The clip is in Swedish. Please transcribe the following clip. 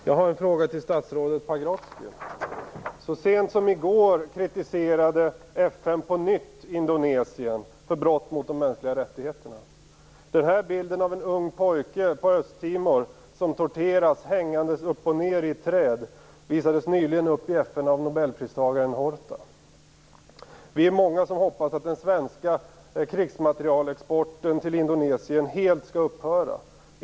Fru talman! Jag har en fråga till statsrådet Pagrotsky. Så sent som i går kritiserade FN på nytt Indonesien för brott mot de mänskliga rättigheterna. Bilden av en ung pojke på Östtimor, som torteras hängande upp och ned i ett träd visades nyligen upp i FN av nobelpristagaren Horta. Vi är många som hoppas att den svenska krigsmaterielexporten till Indonesien helt skall upphöra.